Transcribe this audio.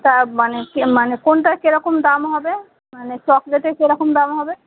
তা মানে কে মানে কোনটার কিরকম দাম হবে মানে চকলেটের কিরকম দাম হবে